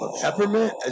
peppermint